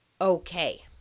okay